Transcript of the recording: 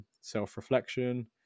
self-reflection